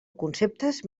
conceptes